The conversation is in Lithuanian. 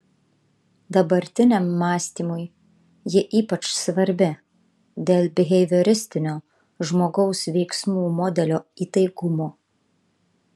dabartiniam mąstymui ji ypač svarbi dėl bihevioristinio žmogaus veiksmų modelio įtaigumo